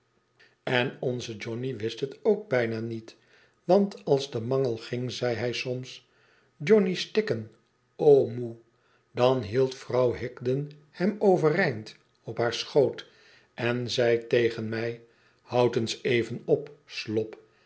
en onze johnny wist het ook bijna niet want als de mangel ging zei hij soms johnny stikken odmoê dan hield vrouw higden hem overeind op haar schoot en zei tegen mij houd eens even op slop